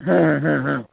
हँ हँ हँ